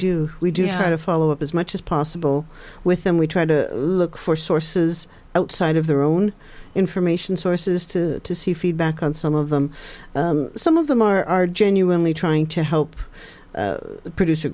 do we do have to follow up as much as possible with them we try to look for sources outside of their own information sources to see feedback on some of them some of them are genuinely trying to help producer